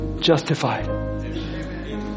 justified